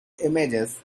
images